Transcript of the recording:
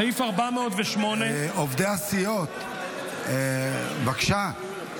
סעיף 408, עובדי הסיעות, בבקשה.